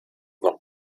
noch